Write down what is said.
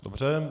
Dobře.